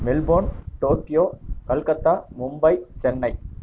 Melbourne Tokyo Calcutta Mumbai Chennai